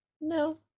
no